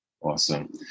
Awesome